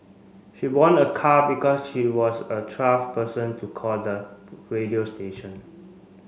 she won a car because she was a person to call the radio station